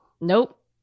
Nope